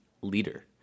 leader